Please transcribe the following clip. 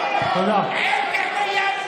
תודה רבה.